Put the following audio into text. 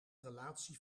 relatie